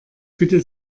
bitte